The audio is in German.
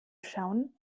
schauen